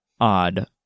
odd